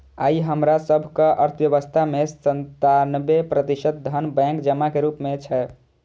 आइ हमरा सभक अर्थव्यवस्था मे सत्तानबे प्रतिशत धन बैंक जमा के रूप मे छै